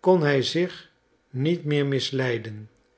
kon hij zich niet meer misleiden